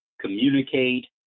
communicate